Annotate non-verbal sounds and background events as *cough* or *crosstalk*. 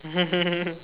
*laughs*